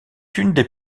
une